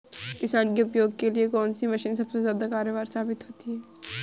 किसान के उपयोग के लिए कौन सी मशीन सबसे ज्यादा कारगर साबित होती है?